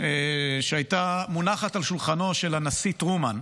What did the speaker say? שהייתה מונחת על שולחנו של הנשיא טרומן,